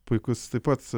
puikus taip pat